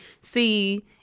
see